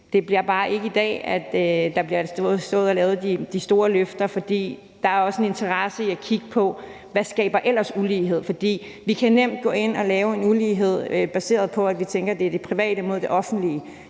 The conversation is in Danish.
Det bliver bare ikke i dag, der bliver afgivet de store løfter, for der er også en interesse i at kigge på, hvad der ellers skaber ulighed. For vi kan nemt gå ind og skabe en ulighed, der er baseret på, at vi tænker, at det er det private mod det offentlige.